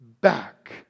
back